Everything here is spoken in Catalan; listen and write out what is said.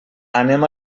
anem